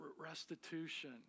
restitution